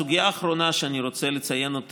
מסיימים?